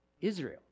Israel